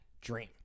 dream